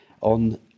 on